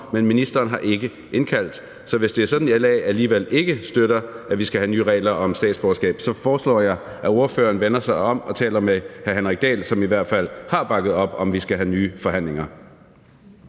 men ministeren har ikke indkaldt. Så hvis det er sådan, at LA alligevel ikke støtter, at vi skal have nye regler om statsborgerskab, så foreslår jeg, at ordføreren vender sig om og taler med hr. Henrik Dahl, som i hvert fald har bakket op om, at vi skal have nye forhandlinger.